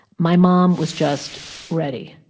my mom was just ready.